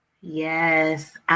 Yes